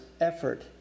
effort